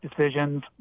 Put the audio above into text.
decisions